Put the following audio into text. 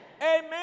amen